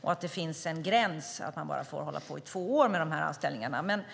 och att det finns en gräns för hur länge man får hålla på med dem, nämligen två år.